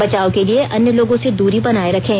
बचाव के लिए अन्य लोगों से दूरी बनाए रखें